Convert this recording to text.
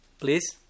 please